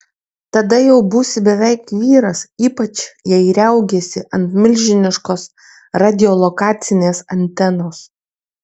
tada jau būsi beveik vyras ypač jei riaugėsi ant milžiniškos radiolokacinės antenos